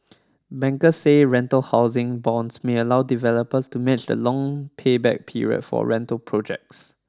bankers say rental housing bonds may allow developers to match the long payback period for rental projects